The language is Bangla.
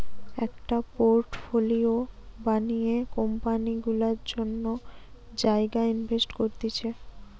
একটা পোর্টফোলিও বানিয়ে কোম্পানি গুলা অন্য জায়গায় ইনভেস্ট করতিছে